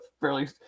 fairly